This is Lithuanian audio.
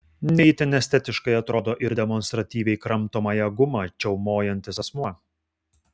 ne itin estetiškai atrodo ir demonstratyviai kramtomąją gumą čiaumojantis asmuo